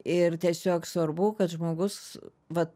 ir tiesiog svarbu kad žmogus vat